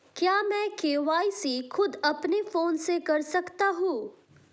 क्या मैं के.वाई.सी खुद अपने फोन से कर सकता हूँ?